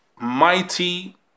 mighty